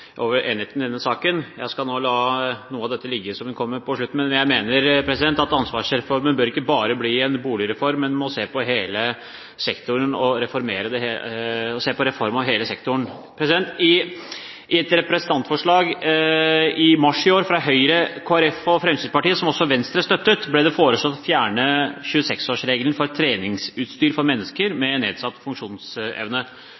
enigheten i denne saken. Jeg skal la noe av det som hun kom med på slutten, ligge, men jeg mener at ansvarsreformen ikke bare bør bli en boligreform, man må se på reform av hele sektoren. I et representantforslag i mars i år fra Høyre, Kristelig Folkeparti og Fremskrittspartiet, som også Venstre støttet, ble det foreslått å fjerne 26-årsregelen for treningsutstyr for mennesker